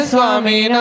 Swami